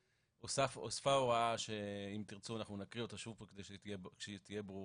בסעיף 29ג(ב)1 הוספה הוראה שאם תרצו נקריא אותה כדי שיהיה ברור